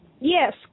Yes